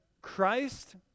Christ